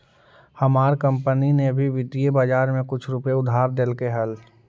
हमार कंपनी ने भी वित्तीय बाजार में कुछ रुपए उधार देलकइ हल